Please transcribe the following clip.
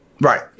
Right